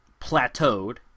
plateaued